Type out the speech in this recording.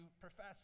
profess